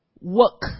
work